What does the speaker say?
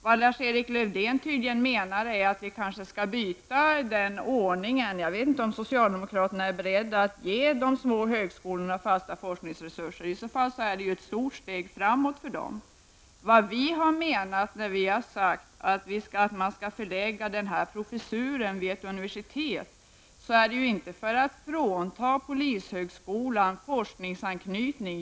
Vad Lars Erik Lövdén tydligen menade är att man kanske skall ändra den ordningen. Jag vet inte om socialdemokraterna är beredda att ge de små högskolorna fasta forskningsresurser. I så fall är det ett stort steg framåt för dem. När vi i folkpartiet har sagt att denna professur skall förläggas till ett universitet så är det inte för att frånta polishögskolan forskningsanknytning.